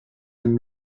than